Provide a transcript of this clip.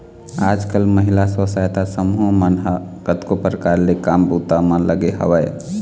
आजकल महिला स्व सहायता समूह मन ह कतको परकार ले काम बूता म लगे हवय